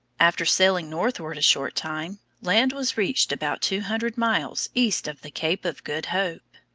after sailing northward a short time, land was reached about two hundred miles east of the cape of good hope.